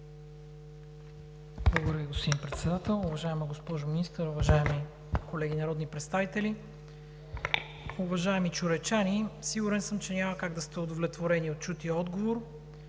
господин Председател. Уважаема госпожо Министър, уважаеми колеги народни представители, уважаеми чурекчани! Сигурен съм, че няма как да сте удовлетворени от чутия отговор.